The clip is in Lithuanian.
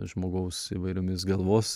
žmogaus įvairiomis galvos